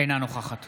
אינה נוכחת